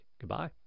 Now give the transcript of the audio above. Goodbye